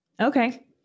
Okay